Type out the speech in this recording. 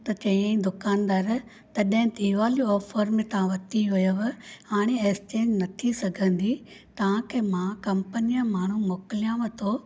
त चयंई दुकानदार तडहिं दीवाली ऑफर में तव्हां वरिती हुयव हाणे एक्सचेंज न थी सघंदी तव्हांखे मां कंपनीअ माण्हूं मोकिलियाव थो